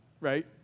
right